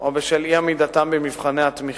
או בשל אי-עמידתם במבחני התמיכה.